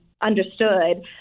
understood